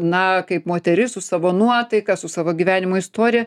na kaip moteris su savo nuotaika su savo gyvenimo istorija